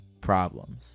problems